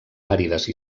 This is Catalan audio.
àrides